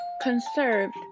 conserved